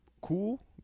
cool